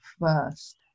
first